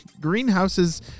Greenhouses